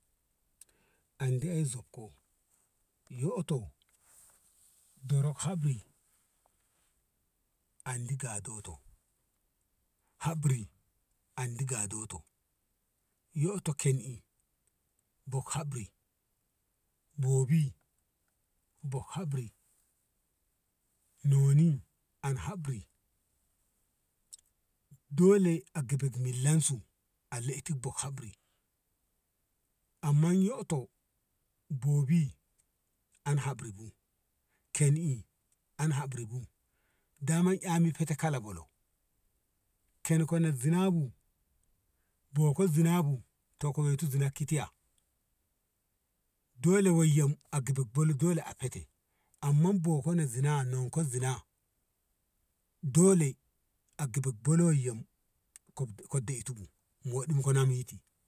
andi yo zab ko yoto dorok habro andi gado to habri andi gado to yoto kenɗi had habri boh had habri noni an habri dole a gaban millan su a leiti bo habri amma yoto bobi had habri bu ken i had habri bu daman eh fete kala bolo ken ko zina bu boko zinz bu to ka wetu zina ko tiya dole wai yam a gaba bolo dole a fate amma na boko zina nonko zina dole a gabag bolon ni yam ko dei tu bu na miti